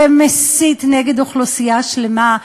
ומסית נגד אוכלוסייה שלמה,